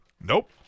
Nope